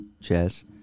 chess